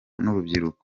n’urubyiruko